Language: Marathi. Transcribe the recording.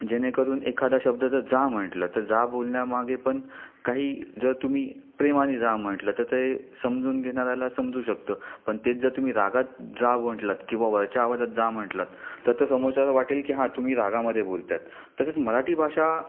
जेणेकरून एखादा शब्द जर जा म्हटलं तर जा बोलण्यामागे पण काही जर तुम्ही प्रेमाने जा म्हटलं तर ते समजून घेणाऱ्याला समजू शकतं पण तेच जर तुम्ही रागात जा म्हटलात किंवा वरच्या आवाजात जा म्हटलात तर ते समोरच्याला वाटेल की हा तुम्ही रागामध्ये बोलत आहेत तसेच मराठी भाषा